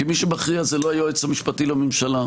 כי מי שמכריע זה לא היועץ המשפטי לממשלה,